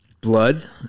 Blood